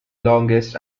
longest